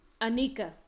Anika